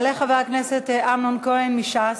יעלה חבר הכנסת אמנון כהן מש"ס.